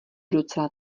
docela